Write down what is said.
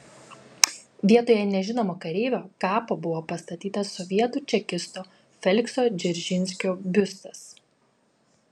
vietoje nežinomo kareivio kapo buvo pastatytas sovietų čekisto felikso dzeržinskio biustas